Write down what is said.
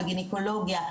בגניקולוגיה,